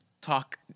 talk